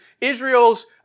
Israel's